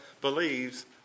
believes